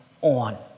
on